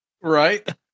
Right